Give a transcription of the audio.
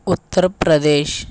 Uttar Pradesh